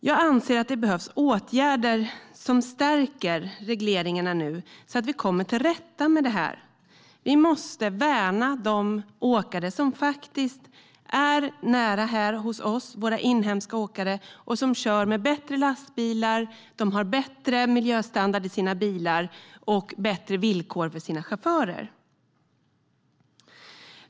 Jag anser att det behövs åtgärder som stärker regleringarna så att vi kommer till rätta med det här. Vi måste värna de åkare som faktiskt är nära oss, våra inhemska åkare, och som kör med bättre lastbilar. De har bättre miljöstandard i sina bilar och bättre villkor för sina chaufförer.